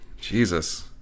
Jesus